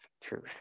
truth